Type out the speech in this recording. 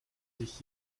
sich